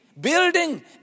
building